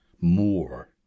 more